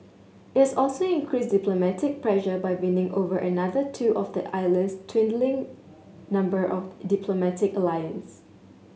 it has also increased diplomatic pressure by winning over another two of the island's dwindling number of diplomatic allies